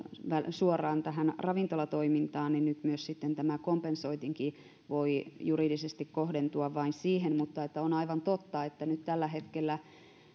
suoraan tähän ravintolatoimintaan niin nyt myös tämä kompensointikin voi juridisesti kohdentua vain siihen mutta on aivan totta että nyt tällä hetkellä